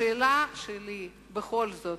השאלה שלי היא, בכל זאת,